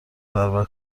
برابر